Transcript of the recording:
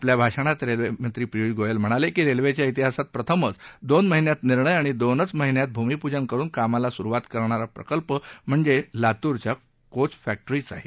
आपल्या भाषणात रेल्वे मंत्री पियुष गोयल म्हणाले की रेल्वेच्या प्तिहासात प्रथमच दोन महिन्यात निर्णय आणि दोनच महिन्यात भुमीपुजन करुन कामाला सुरुवात करणाचा प्रकल्प म्हणजे लातूरच्या कोच फक्ट्रीीच आहे